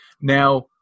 Now